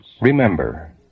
Remember